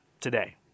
today